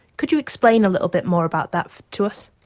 could you explain a little bit more about that to us?